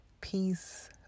peace